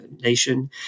nation